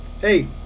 hey